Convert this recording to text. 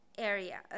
area